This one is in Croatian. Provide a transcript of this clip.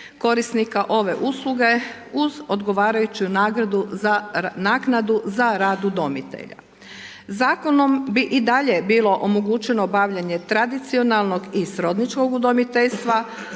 korisnika ove usluge uz odgovarajuću nagradu za, naknadu za rad udomitelja. Zakonom bi i dalje bilo omogućeno obavljanje tradicionalnog i srodničkog udomiteljstva